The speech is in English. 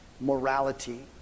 morality